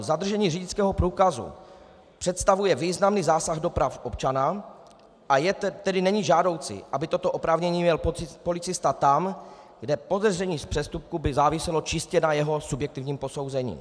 Zadržení řidičského průkazu představuje významný zásah do práv občana, a tedy není žádoucí, aby toto oprávnění měl policista tam, kde podezření z přestupku by záviselo čistě na jeho subjektivním posouzení.